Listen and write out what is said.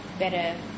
better